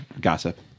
gossip